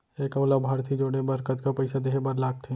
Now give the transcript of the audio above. एक अऊ लाभार्थी जोड़े बर कतका पइसा देहे बर लागथे?